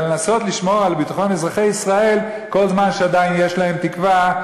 אלא לנסות לשמור על ביטחון אזרחי ישראל כל זמן שעדיין יש להם תקווה,